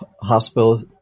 hospital